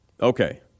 Okay